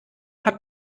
hat